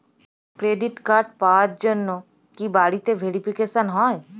Credit card পাওয়ার জন্য কি বাড়িতে ভেরিফিকেশন হয়?